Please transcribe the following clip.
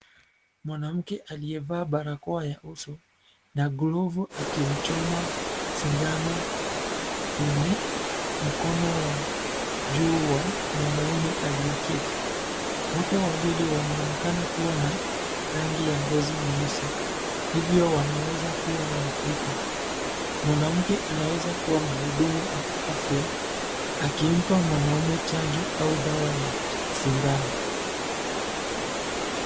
Mwanamke aliyevaa barakoa ya uso na glovu akimchoma sindano kwenye mkono wa jua wa mwanaume aliyeketi. Wote wawili wanaonekana kuwa na rangi ya ngozi nyeusi, hivyo wanaweza kuwa waafrika. Mwanamke anaweza kuwa mhudumu wa afya akimpa mwanamume chanjo au dawa ya sindano.